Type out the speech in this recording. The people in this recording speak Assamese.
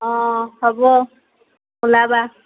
অঁ হ'ব ওলাবা